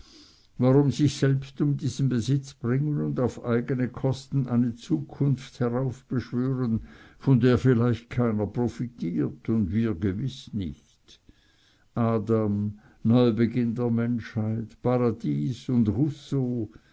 warum sich selbst um diesen besitz bringen und auf eigene kosten eine zukunft heraufbeschwören von der vielleicht keiner profitiert und wir gewiß nicht adam neubeginn der menschheit paradies und